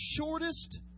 shortest